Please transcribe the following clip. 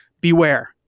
beware